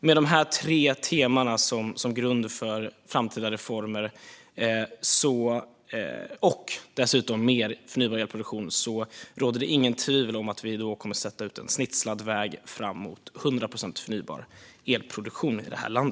Med dessa tre områden som grund för framtida reformer, och dessutom mer förnybar elproduktion, råder det inget tvivel om att vi kommer att sätta ut en snitslad väg fram mot 100 procent förnybar elproduktion i detta land.